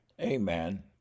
Amen